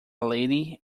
lady